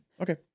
Okay